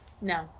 no